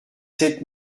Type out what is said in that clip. sept